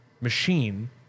machine